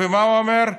ומה הוא אומר?